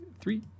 Three